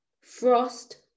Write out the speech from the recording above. frost